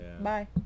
Bye